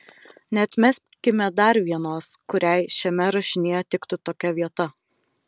neatmeskime dar vienos kuriai šiame rašinyje tiktų tokia vieta